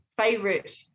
favorite